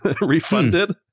refunded